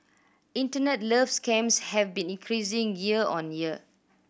internet love scams have been increasing year on year